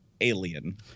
alien